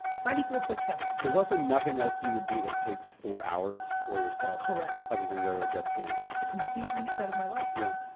ninety four point seven. there's also nothing else you would do that takes four hours for yourself correct. other than go to a jets game. it's the complete reset of my life. yeah.